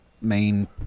main